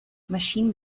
machine